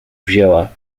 wzięła